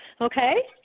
okay